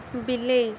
ବିଲେଇ